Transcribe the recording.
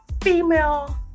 female